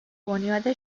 بنیاد